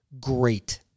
Great